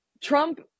Trump